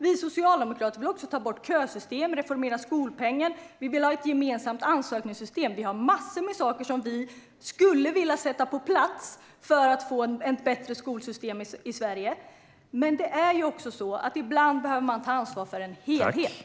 Vi socialdemokrater vill också ta bort kösystemet, reformera skolpengen och vi vill ha ett gemensamt ansökningssystem. Det finns massor av saker som vi skulle vilja sätta på plats för att man ska få ett bättre skolsystem i Sverige. Men ibland behöver man ta ansvar för en helhet.